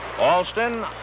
Alston